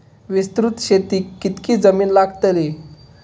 विस्तृत शेतीक कितकी जमीन लागतली?